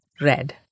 red